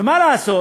ומה לעשות